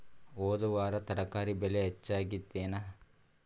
ಹೊದ ವಾರ ತರಕಾರಿ ಬೆಲೆ ಹೆಚ್ಚಾಗಿತ್ತೇನ?